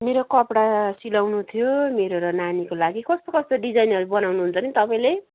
मेरो कपडा सिलाउनु थियो मेरो र नानीको लागि कस्तो कस्तो डिजाइनहरू बनाउनु हुन्छ नि तपाईँले